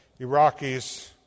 Iraqis